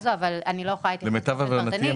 הזאת אבל אני לא יכולה להתייחס לזה פרטני.